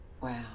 Wow